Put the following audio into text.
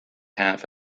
half